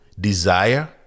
desire